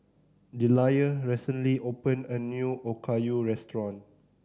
Deliah recently opened a new Okayu Restaurant